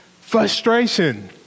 frustration